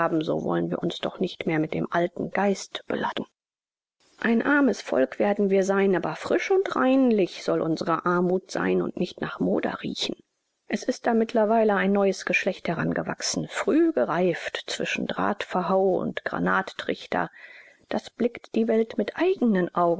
so wollen wir uns doch nicht mehr mit dem alten geist beladen ein armes volk werden wir sein aber frisch und reinlich soll unsere armut sein und nicht nach moder riechen es ist da mittlerweile ein neues geschlecht herangewachsen früh gereift zwischen drahtverhau und granattrichter das blickt die welt mit eigenen augen